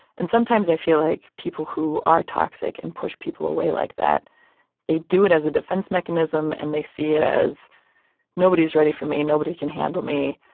and sometimes i feel like people who are toxic and push people away like that they do it as a defense mechanism and they see it as nobody is ready for me nobody can handle me.